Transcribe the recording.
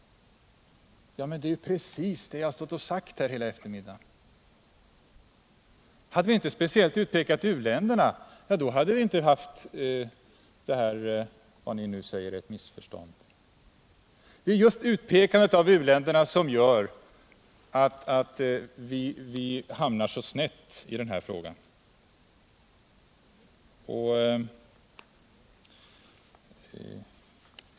Ja, men det är ju precis vad jag har sagt här hela eftermiddagen. Hade vi inte speciellt utpekat u-länderna, hade vi inte haft detta som ni kallar missförstånd. Det är just utpekandet av u-länderna som gör att vi hamnar så snett i denna fråga.